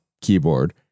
keyboard